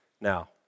Now